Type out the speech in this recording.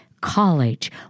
college